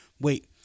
wait